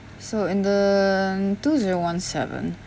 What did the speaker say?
so in the two zero one seven